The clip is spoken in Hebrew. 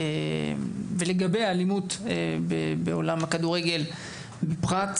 בכלל ולגבי האלימות בכדורגל בפרט.